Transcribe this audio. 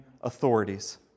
authorities